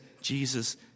Jesus